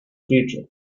creature